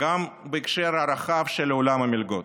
גם בהקשר הרחב של עולם המלגות.